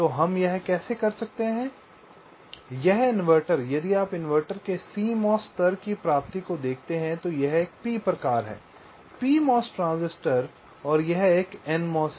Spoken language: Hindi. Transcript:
तो हम यह कैसे कर सकते हैं हमें देखते हैं यह इन्वर्टर यदि आप इन्वर्टर के CMOS स्तर की प्राप्ति को देखते हैं तो यह एक P प्रकार है PMOS ट्रांजिस्टर यह एक NMOS है